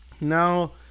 Now